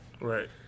Right